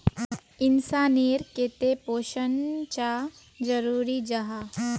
इंसान नेर केते पोषण चाँ जरूरी जाहा?